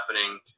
happening